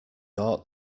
ought